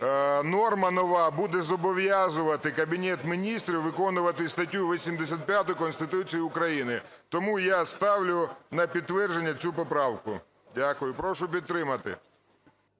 норма нова буде зобов'язувати Кабінет Міністрів виконувати статтю 85 Конституції України. Тому я ставлю на підтвердження цю поправку. Дякую. Прошу підтримати.